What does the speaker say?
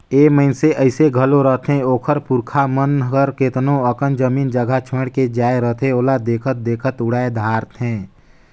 ए मइनसे अइसे घलो रहथें ओकर पुरखा मन हर केतनो अकन जमीन जगहा छोंएड़ के जाए रहथें ओला देखत देखत उड़ाए धारथें